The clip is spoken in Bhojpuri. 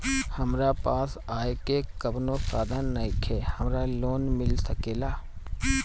हमरा पास आय के कवनो साधन नईखे हमरा लोन मिल सकेला?